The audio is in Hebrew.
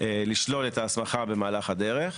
לשלול את ההסמכה במהלך הדרך,